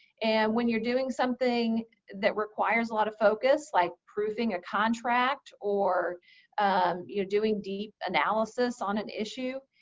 and when you're doing something that requires a lot of focus, like proofing a contract or you're doing deep analysis on an issue,